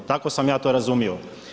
Tako sam ja to razumio.